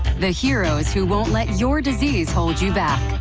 the heroes who won't let your disease hold you back.